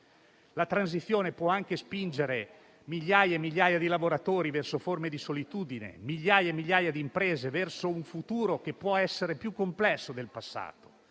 la transizione può anche spingere migliaia e migliaia di lavoratori verso forme di solitudine, migliaia e migliaia di imprese verso un futuro che può essere più complesso del passato.